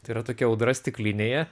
tai yra tokia audra stiklinėje